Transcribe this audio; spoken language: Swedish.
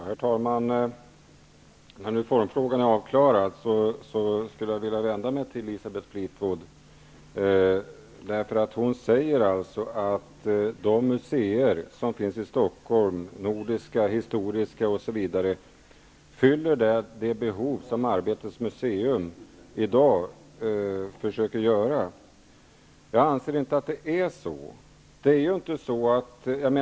Herr talman! Elisabeth Fleetwood sade att de museer som finns i Stockholm -- Nordiska, Historiska, osv. -- fyller de behov som Arbetets museum i dag försöker fylla. Jag anser inte att det är så.